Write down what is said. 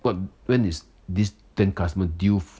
but when is this ten customer due f~